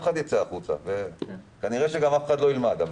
אחד ייצא החוצה וכנראה שגם אף אחד לא ילמד.